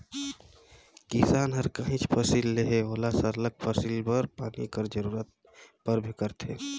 किसान हर काहींच फसिल लेहे ओला सरलग फसिल बर पानी कर जरूरत परबे करथे